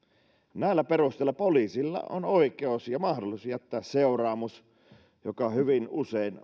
näillä perusteilla poliisilla on oikeus ja mahdollisuus jättää seuraamus joka hyvin usein